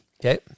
Okay